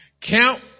Count